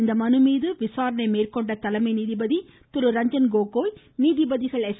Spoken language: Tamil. இந்த மனுமீது இன்று விசாரணை மேற்கொண்டுள்ள தலைமை நீதிபதி திருரஞ்சன் கோகோய் நீதிபதிகள் எஸ்